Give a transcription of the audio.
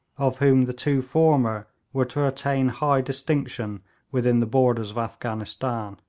of whom the two former were to attain high distinction within the borders of afghanistan.